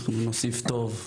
אנחנו נוסיף טוב.